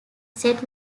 set